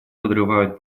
подрывают